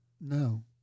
No